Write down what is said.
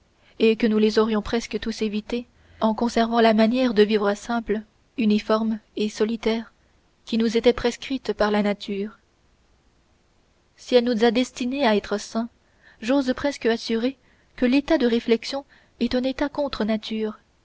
et que nous les aurions presque tous évités en conservant la manière de vivre simple uniforme et solitaire qui nous était prescrite par la nature si elle nous a destinés à être sains j'ose presque assurer que l'état de réflexion est un état contre nature